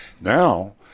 Now